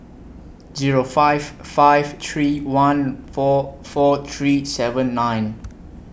Zero five five three one four four three seven nine